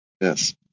yes